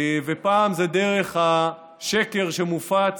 ופעם זה דרך השקר שמופץ